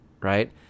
right